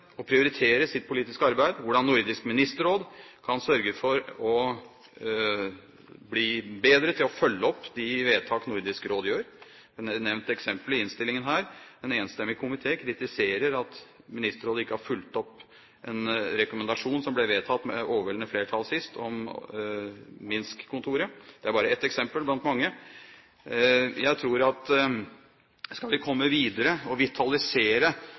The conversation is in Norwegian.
prioritere sitt politiske arbeid, hvordan Nordisk Ministerråd kan sørge for å bli bedre til å følge opp de vedtak Nordisk Råd gjør. Det er nevnt et eksempel i innstillingen. En enstemmig komité kritiserer at ministerrådet ikke har fulgt opp en rekommendasjon som ble vedtatt med overveldende flertall sist, om Minsk-kontoret. Det er bare ett eksempel blant mange. Jeg tror at skal vi komme videre og vitalisere